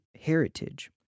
heritage